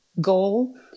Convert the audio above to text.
goal